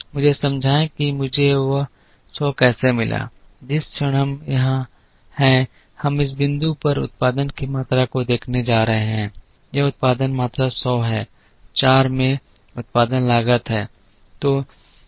मुझे समझाएं कि मुझे वह सौ कैसे मिला जिस क्षण हम यहां हैं हम इस बिंदु पर उत्पादन की मात्रा देखने जा रहे हैं यह उत्पादन मात्रा सौ है 4 में उत्पादन लागत है